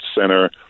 center